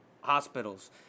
hospitals